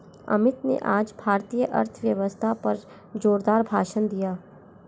अमित ने आज भारतीय अर्थव्यवस्था पर जोरदार भाषण दिया